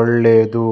ಒಳ್ಳೆದು?